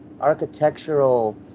architectural